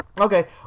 Okay